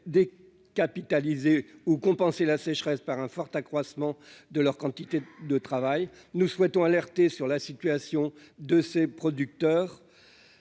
capitaliser ou compenser la sécheresse par un fort accroissement de leur quantité de travail, nous souhaitons alerter sur la situation de ces producteurs